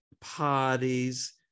parties